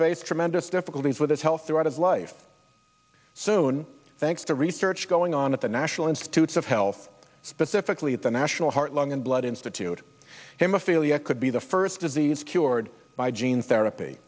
face tremendous difficulties with his health throughout his life soon thanks to research going on at the national institutes of health specifically at the national heart lung and blood institute him ophelia could be the first disease cured by gene therapy